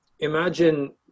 imagine